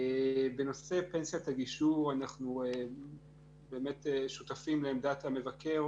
בנושא פנסיית הגישור אנחנו באמת שותפים לעמדת המבקר